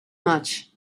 much